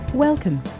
Welcome